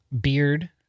beard